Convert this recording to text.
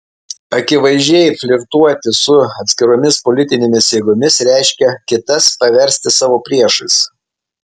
akivaizdžiai flirtuoti su atskiromis politinėmis jėgomis reiškia kitas paversti savo priešais